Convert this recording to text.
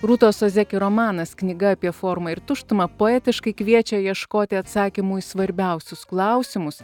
rūtos ozeki romanas knyga apie formą ir tuštumą poetiškai kviečia ieškoti atsakymų į svarbiausius klausimus